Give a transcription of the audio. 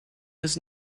was